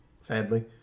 sadly